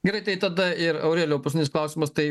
gerai tai tada ir aurelijau paskutinis klausimas tai